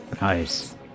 Nice